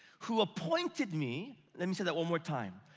who appointed me. let me say that one more time.